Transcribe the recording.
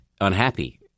unhappy